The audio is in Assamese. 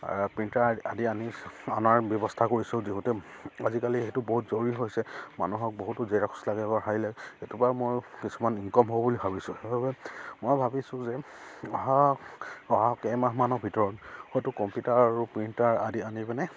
প্ৰিণ্টাৰ আদি আনি অনাৰ ব্যৱস্থা কৰিছোঁ যিহেতু আজিকালি সেইটো বহুত জৰুৰী হৈছে মানুহক বহুতো জেৰক্স লাগে বা হেৰি লাগে সেইটোৰপৰা মই কিছুমান ইনকম হ'ব বুলি ভাবিছোঁ সেইবাবে মই ভাবিছোঁ যে অহা অহা কেইমাহমানৰ ভিতৰত হয়তো কম্পিউটাৰ আৰু প্ৰিণ্টাৰ আদি আনি পিনে